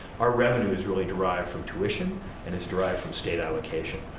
our revenue is really derived from tuition and it's derived from state allocation.